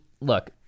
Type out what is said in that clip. look